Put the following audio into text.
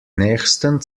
nächsten